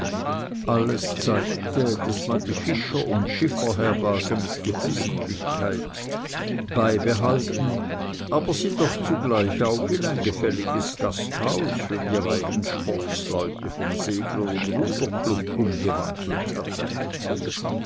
alles zeigte daß man die fischer und schifferherberge mit geflissentlichkeit beibehalten aber sie doch zugleich auch in ein gefälliges gasthaus für die reichen sportsleute vom segler und ruderclub umgewandelt hatte